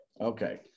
Okay